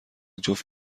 جفت